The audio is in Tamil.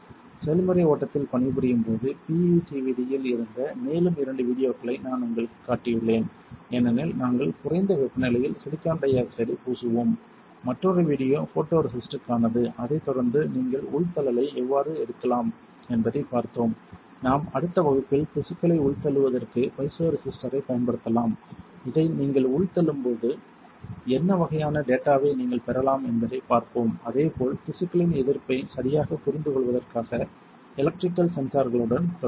செயல்முறை ஓட்டத்தில் பணிபுரியும் போது பிஈசிவிடி இல் இருந்த மேலும் இரண்டு வீடியோக்களை நான் உங்களுக்குக் காட்டியுள்ளேன் ஏனெனில் நாங்கள் குறைந்த வெப்பநிலையில் சிலிக்கான் டை ஆக்சைடைப் பூசுவோம் மற்றொரு வீடியோ போட்டோரெசிஸ்ட்க்கானது அதைத் தொடர்ந்து நீங்கள் உள்தள்ளலை எவ்வாறு எடுக்கலாம் என்பதைப் பார்த்தோம் நாம் அடுத்த வகுப்பில் திசுக்களை உள்தள்ளுவதற்கு பைசோ ரெசிஸ்டரைப் பயன்படுத்தலாம் இதை நீங்கள் உள்தள்ளும்போது என்ன வகையான டேட்டாவை நீங்கள் பெறலாம் என்பதைப் பார்ப்போம் அதே போல் திசுக்களின் எதிர்ப்பை சரியாகப் புரிந்துகொள்வதற்காக எலக்ட்ரிக்கல் சென்சார்களுடன் தொடர்வோம்